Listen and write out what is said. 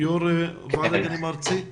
יו"ר הנהגת ההורים הארצית בבקשה.